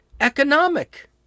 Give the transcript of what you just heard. economic